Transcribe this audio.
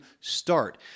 Start